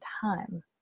time